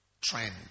trend